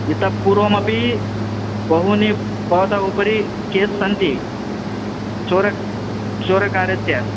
इतः पूर्वमपि बहूनि भवतः उपरि केस् सन्ति चोर चोरकार्यस्य